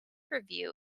review